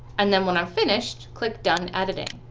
and then when i'm finished, click done editing.